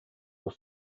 were